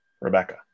Rebecca